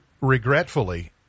regretfully